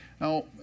Now